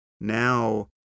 now